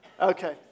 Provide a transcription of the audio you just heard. Okay